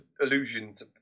illusions